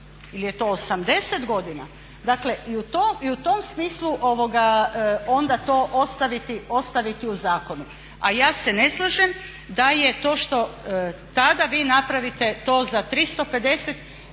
Ili je to 80 godina? Dakle i u tom smislu onda to ostaviti u zakonu. A ja se ne slažem da je to što tada vi napravite to za 350 ili